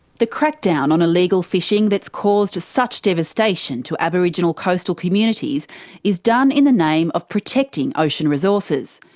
the crack-down on illegal fishing that's caused such devastation to aboriginal coastal communities is done in the name of protecting ocean resources.